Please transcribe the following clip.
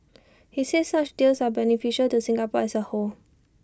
he said such deals are beneficial to Singapore as A whole